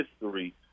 history